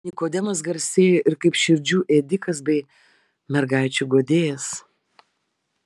nikodemas garsėja ir kaip širdžių ėdikas bei mergaičių guodėjas